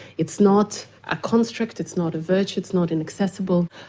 it's not a construct, it's not a virtue, it's not and accessible.